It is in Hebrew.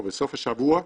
או בסוף השבוע,